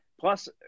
plus